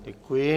Děkuji.